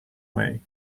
way